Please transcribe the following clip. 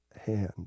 hand